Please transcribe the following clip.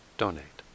donate